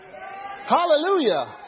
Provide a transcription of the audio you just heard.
Hallelujah